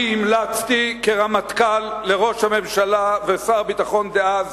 אני המלצתי כרמטכ"ל לראש הממשלה ושר הביטחון דאז